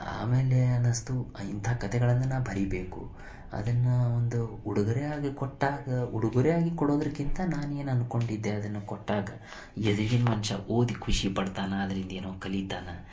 ಆಮೇಲೆ ಅನ್ನಿಸ್ತು ಇಂಥ ಕತೆಗಳನ್ನು ನಾ ಬರೀಬೇಕು ಅದನ್ನು ಒಂದು ಉಡುಗೊರೆಯಾಗಿ ಕೊಟ್ಟಾಗ ಉಡುಗೊರೆಯಾಗಿ ಕೊಡೋದಕ್ಕಿಂತ ನಾನೇನು ಅಂದ್ಕೊಂಡಿದ್ದೆ ಅದನ್ನು ಕೊಟ್ಟಾಗ ಎದಿರಿನ ಮನುಷ್ಯ ಓದಿ ಖುಷಿಪಡ್ತಾನೆ ಅದರಿಂದೇನೋ ಕಲಿತಾನೆ